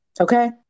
okay